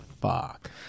fuck